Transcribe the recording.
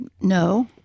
no